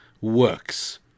works